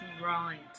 right